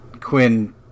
Quinn